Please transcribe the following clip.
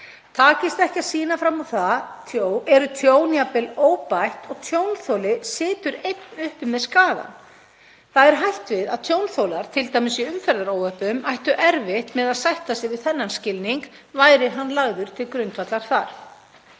Takist ekki að sýna fram á það er tjón jafnvel óbætt og tjónþoli situr einn uppi með skaðann. Það er hætt við að tjónþolar, t.d. í umferðaróhöppum, ættu erfitt með að sætta sig við þennan skilning væri hann lagður til grundvallar þar.